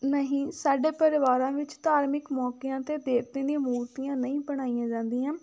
ਨਹੀਂ ਸਾਡੇ ਪਰਿਵਾਰਾਂ ਵਿੱਚ ਧਾਰਮਿਕ ਮੌਕਿਆਂ 'ਤੇ ਦੇਵਤਿਆਂ ਦੀਆਂ ਮੂਰਤੀਆਂ ਨਹੀਂ ਬਣਾਈਆਂ ਜਾਂਦੀਆਂ